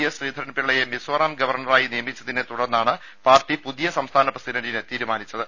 S ശ്രീധരൻപിള്ളയെ മിസോറാം ഗവർണറായി നിയമിച്ചതിനെ തുടർന്നാണ് പാർട്ടി പുതിയ സംസ്ഥാന പ്രസിഡണ്ടിനെ തീരുമാനിച്ചത്